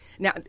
Now